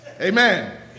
Amen